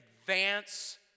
advance